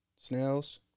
snails